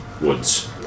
woods